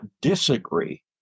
disagree